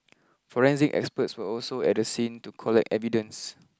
forensic experts were also at the scene to collect evidence